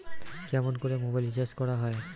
কেমন করে mobile recharge করা য়ায়?